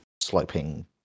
sloping